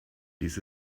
dies